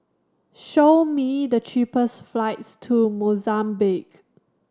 show me the cheapest flights to Mozambique